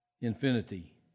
infinity